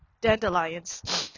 dandelions